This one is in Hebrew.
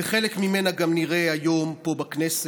חלק ממנה נראה היום פה בכנסת,